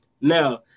Now